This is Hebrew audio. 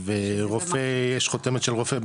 ויש חותמת של רופא,